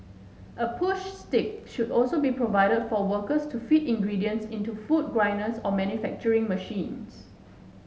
a push stick should also be provided for workers to feed ingredients into food grinders or manufacturing machines